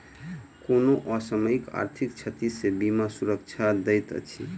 कोनो असामयिक आर्थिक क्षति सॅ बीमा सुरक्षा दैत अछि